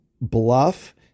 bluff